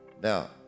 Now